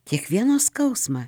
kiekvieno skausmą